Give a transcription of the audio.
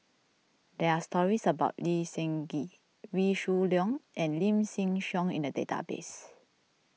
there are stories about Lee Seng Gee Wee Shoo Leong and Lim Chin Siong in the database